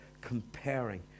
comparing